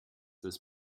this